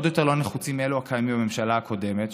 עוד יותר לא נחוצים מאלו הקיימים בממשלה הקודמת,